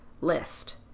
list